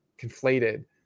conflated